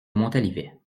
montalivet